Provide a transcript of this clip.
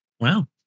wow